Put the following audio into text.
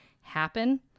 happen